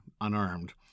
unarmed